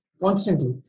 constantly